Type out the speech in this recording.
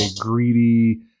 greedy